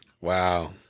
Wow